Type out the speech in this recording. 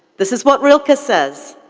this is what rilke ah says.